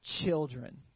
Children